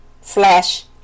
slash